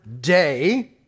day